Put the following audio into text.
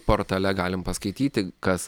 portale galim paskaityti kas